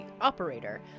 operator